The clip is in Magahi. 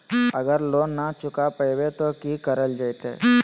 अगर लोन न चुका पैबे तो की करल जयते?